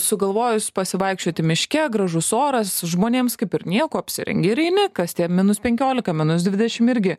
sugalvojus pasivaikščioti miške gražus oras žmonėms kaip ir nieko apsirengi ir eini kas tie minus penkiolika minus dvidešim irgi